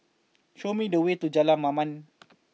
show me the way to Jalan Mamam